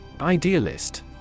Idealist